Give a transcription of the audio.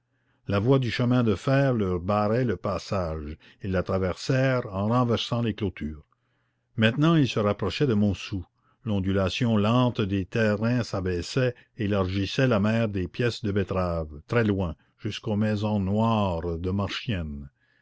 la voie du chemin de fer leur barrait le passage ils la traversèrent en renversant les clôtures maintenant ils se rapprochaient de montsou l'ondulation lente des terrains s'abaissait élargissait la mer des pièces de betteraves très loin jusqu'aux maisons noires de marchiennes